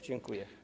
Dziękuję.